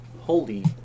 Holy